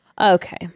Okay